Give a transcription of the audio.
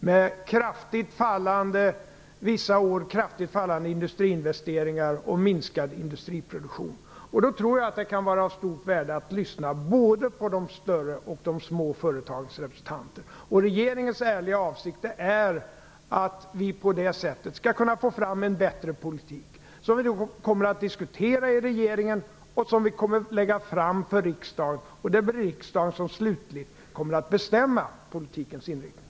Det har vissa år varit kraftigt fallande industriinvesteringar och minskad industriproduktion. Jag tror att det kan vara av stort värde att lyssna på både de större och de små företagens representanter. Regeringens ärliga avsikt är att på det sättet få fram en bättre politik. Vi skall diskutera denna fråga i regeringen och lägga fram förslag för riksdagen. Det är riksdagen som slutligen kommer att bestämma politikens inriktning.